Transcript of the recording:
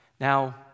Now